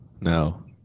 no